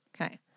Okay